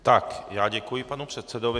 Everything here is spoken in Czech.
Tak já děkuji panu předsedovi.